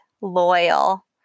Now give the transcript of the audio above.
loyal